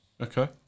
okay